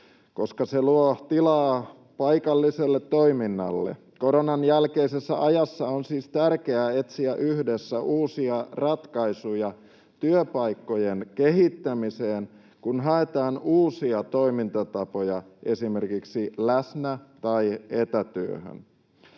koska se luo tilaa paikalliselle toiminnalle. Koronan jälkeisessä ajassa on siis tärkeää etsiä yhdessä uusia ratkaisuja työpaikkojen kehittämiseen, kun haetaan uusia toimintatapoja esimerkiksi läsnä- tai etätyöhön.